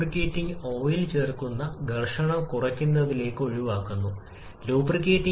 56 വിഭജിച്ചിരിക്കുന്നു 16 ആകുമ്പോഴേക്കും നിങ്ങളുടെ എണ്ണം ഏകദേശം 17